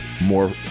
more